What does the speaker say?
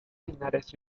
linares